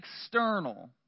external